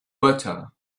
butter